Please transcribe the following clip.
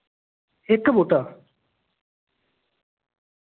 इक बूह्टा